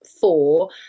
four